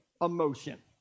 emotion